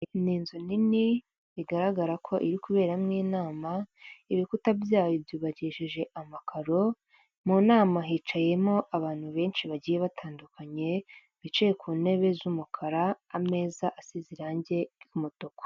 Ni inzu nini bigaragara ko iri kuberamo inama, ibikuta byayo byubakishije amakaro. Mu nama hicayemo abantu benshi bagiye batandukanye bicaye ku ntebe z'umukara, ameza asize irange ry'umutuku.